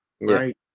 Right